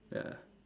ya